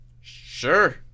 Sure